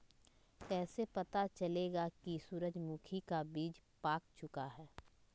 कैसे पता चलेगा की सूरजमुखी का बिज पाक चूका है?